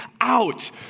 out